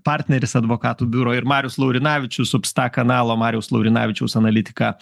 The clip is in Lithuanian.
partneris advokatų biuro ir marius laurinavičius supsta kanalo mariaus laurinavičiaus analitika